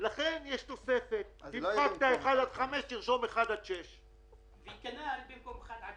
ושיפוי כספי של 50% בגין הנחה תואמת בארנונה עסקית בגין שיפוי,